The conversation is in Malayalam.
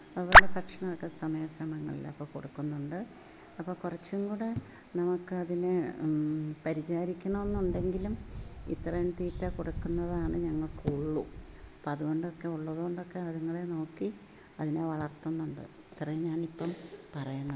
അതുപോലെ ഭക്ഷണമൊക്കെ സമയാ സമയങ്ങളിലൊക്കെ കൊടുക്കുന്നുണ്ട് അപ്പോൾ കുറച്ചും കൂടി നമുക്കതിന് പരിചരിക്കണമെന്നുണ്ടെങ്കിലും ഇത്രയും തീറ്റ കൊടുക്കുന്നതാണ് ഞങ്ങൾക്കുള്ളു അപ്പം അതു കൊണ്ടൊക്കെ ഉള്ളതു കൊണ്ടൊക്കെ അതുങ്ങളെ നോക്കി അതിനെ വളര്ത്തുന്നുണ്ട് അത്രയേ ഞാനിപ്പം പറയുന്നു